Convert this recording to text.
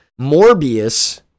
Morbius